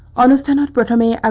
understand that but me ah